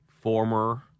Former